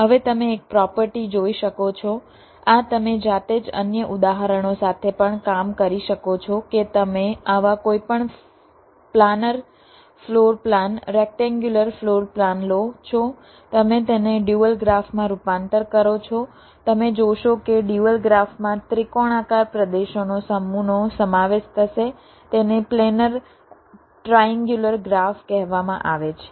હવે તમે એક પ્રોપર્ટી જોઈ શકો છો આ તમે જાતે જ અન્ય ઉદાહરણો સાથે પણ કામ કરી શકો છો કે તમે આવા કોઈપણ planar floor plan rectangular floor plan લો છો તમે તેને ડ્યુઅલ ગ્રાફમાં રૂપાંતર કરો છો તમે જોશો કે ડ્યુઅલ ગ્રાફમાં ત્રિકોણાકાર પ્રદેશોનો સમૂહનો સમાવેશ થશે તેને પ્લેનર ટ્રાએન્ગ્યુલર ગ્રાફ કહેવામાં આવે છે